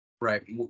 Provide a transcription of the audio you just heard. Right